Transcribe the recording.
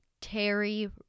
Terry